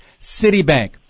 Citibank